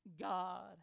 God